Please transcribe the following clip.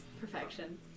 Perfection